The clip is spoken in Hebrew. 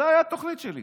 זו גם הייתה תוכנית שלי.